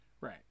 right